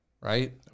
right